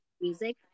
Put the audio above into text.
music